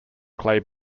clay